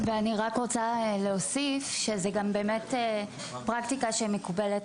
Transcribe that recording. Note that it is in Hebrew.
אני רוצה להוסיף שזאת פרקטיקה שמקובלת.